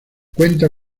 cuenta